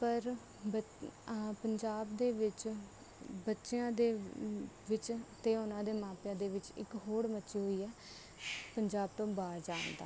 ਪਰ ਪੰਜਾਬ ਦੇ ਵਿੱਚ ਬੱਚਿਆਂ ਦੇ ਵਿੱਚ ਅਤੇ ਉਹਨਾਂ ਦੇ ਮਾਪਿਆਂ ਦੇ ਵਿੱਚ ਇੱਕ ਹੋੜ ਮੱਚੀ ਹੋਈ ਹੈ ਪੰਜਾਬ ਤੋਂ ਬਾਹਰ ਜਾਣ ਦੀ